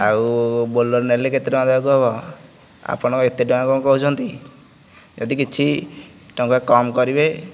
ଆଉ ବୋଲେରୋ ନେଲେ କେତେ ଟଙ୍କା ଦେବାକୁ ହେବ ଆପଣ ଏତେ ଟଙ୍କା କ'ଣ କହୁଛନ୍ତି ଯଦି କିଛି ଟଙ୍କା କମ୍ କରିବେ